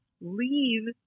leave